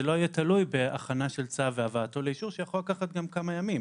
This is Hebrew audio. לא יהיה תלוי בהכנה של צו ובהבאתו לאישור שיכול לקחת גם כמה ימים.